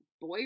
boy